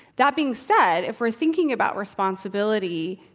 that being said, if we're thinking about responsibility,